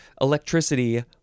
electricity